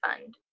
Fund